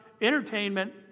entertainment